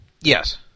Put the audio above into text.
Yes